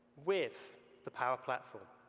with the power platform.